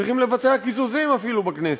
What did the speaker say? צריכים לבצע קיזוזים אפילו בכנסת.